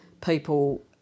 people